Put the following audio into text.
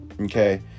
Okay